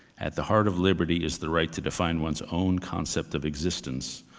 at the heart of liberty is the right to define one's own concept of existence,